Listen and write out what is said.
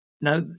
Now